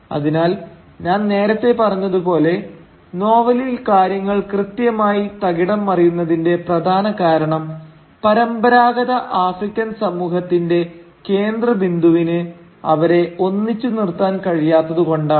അതിനാൽ ഞാൻ നേരത്തെ പറഞ്ഞത് പോലെ നോവലിൽ കാര്യങ്ങൾ കൃത്യമായി തകിടംമറിയുന്നതിന്റെ പ്രധാന കാരണം പരമ്പരാഗത ആഫ്രിക്കൻ സമൂഹത്തിന്റെ കേന്ദ്ര ബിന്ദുവിന് അവരെ ഒന്നിച്ചു നിർത്താൻ കഴിയാത്തതുകൊണ്ടാണ്